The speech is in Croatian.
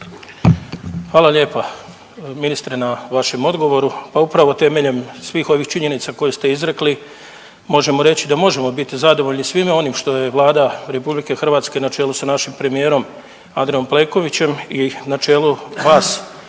Hvala lijepa ministre na vašem odgovoru. Pa upravo temeljem svih ovih činjenica koje ste izrekli možemo reći da možemo biti zadovoljni svime onim što je Vlada RH na čelu sa našim premijerom Andrejom Plenkovićem i na čelu vas